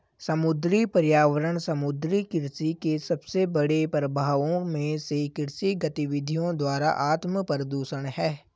समुद्री पर्यावरण समुद्री कृषि के सबसे बड़े प्रभावों में से कृषि गतिविधियों द्वारा आत्मप्रदूषण है